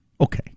okay